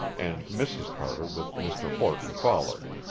and mrs. carter with mr. horton followed.